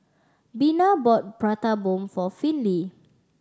Bina bought Prata Bomb for Finley